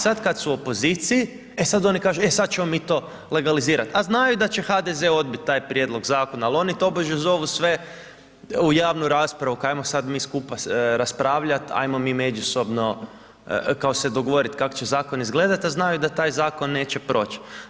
Sad kad su u opoziciji, e sad oni kažu e sad ćemo mi to legalizirati, a znaju da će HDZ odbiti taj prijedlog zakona, al oni tobože zovu sve u javnu raspravu, ajmo sad mi skupa raspravljati, ajmo mi međusobno kao se dogovorit kak će zakon izgledat, a znaju da taj zakon neće proći.